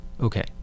okay